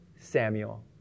Samuel